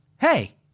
Hey